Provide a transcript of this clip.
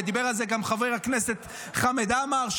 וגם דיבר על זה חבר הכנסת חמד עמאר,